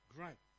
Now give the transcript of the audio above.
Great